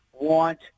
want